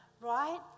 right